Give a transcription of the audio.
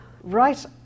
right